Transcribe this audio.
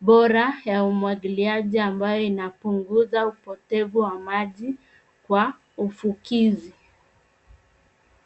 bora ya umwagiliaji ambayo inapunguza upotevu wa maji kwa ufukizi.